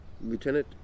Lieutenant